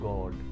God